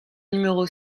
numéro